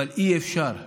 אבל אי-אפשר לשתוק.